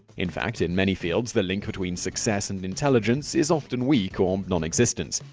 in fact, in many fields the link between success and intelligence is often weak or non-existent.